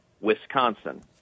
Wisconsin